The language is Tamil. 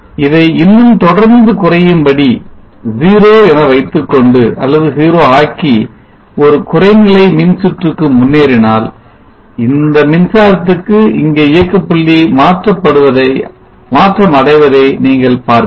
இதை இன்னும் தொடர்ந்து குறையும்படி 0 என வைத்துக்கொண்டு அல்லது 0 ஆக்கி ஒரு குறைநிலை மின் சுற்றுக்கு முன்னேறினால் இந்த மின்சாரத்துக்கு இங்கே இயக்கப்புள்ளி மாற்றம் அடைவதை நீங்கள் பார்ப்பீர்கள்